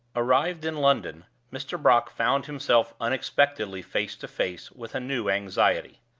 arrived in london, mr. brock found himself unexpectedly face to face with a new anxiety.